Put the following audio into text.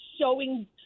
showing